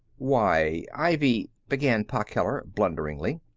why ivy began pa keller, blunderingly.